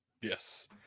Yes